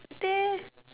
there